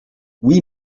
oui